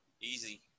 Easy